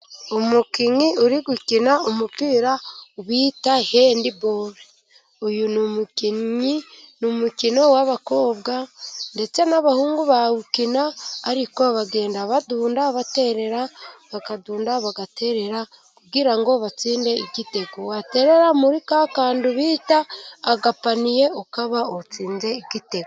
Umukinnyi uri gukina umupira bita hendiboro. Uyu ni umukinnyi. Ni umukino w'abakobwa ndetse n'abahungu bawukina, ariko bagenda badunda baterera, bakadunda bagaterera. Kugira ngo batsinde igitego, baterera muri ka kandi bita agapaniye, ukaba utsinze igitego.